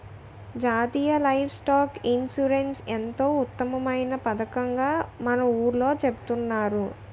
జాతీయ livestock insurance ఎంతో ఉత్తమమైన పదకంగా మన ఊర్లో చెబుతున్నారు